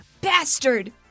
bastard